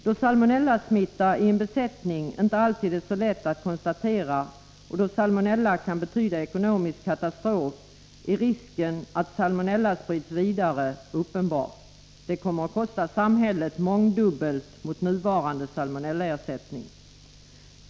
Då salmonellasmitta i en besättning inte alltid är så lätt att konstatera och då salmonella kan betyda ekonomisk katastrof, är risken att salmonella sprids vidare uppenbar. Det kommer att kosta samhället mångdubbelt mot nuvarande salmonellaersättning.